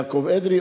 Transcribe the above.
יעקב אדרי,